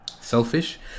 selfish